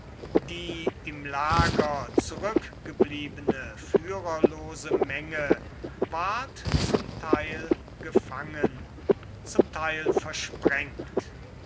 die im lager zurückgebliebene führerlose menge ward zum teil gefangen zum teil versprengt